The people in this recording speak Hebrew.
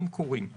הם קורים.